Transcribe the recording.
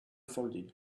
folded